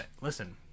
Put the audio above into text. listen